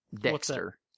Dexter